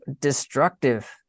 destructive